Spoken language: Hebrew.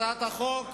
הצעת החוק